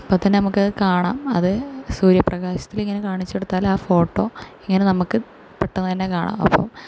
അപ്പോൾ തന്നെ നമുക്കത് കാണാം അത് സൂര്യപ്രകാശത്തിൽ ഇങ്ങനെ കാണിച്ചു കൊടുത്താൽ ആ ഫോട്ടോ ഇങ്ങനെ നമുക്ക് പെട്ടെന്നു തന്നെ കാണാം അപ്പോൾ